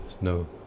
no